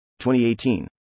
2018